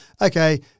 okay